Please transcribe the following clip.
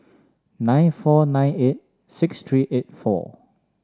nine four nine eight six three eight four